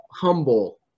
humble